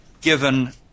given –